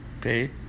okay